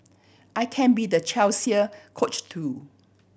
I can be the Chelsea Coach too